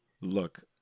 Look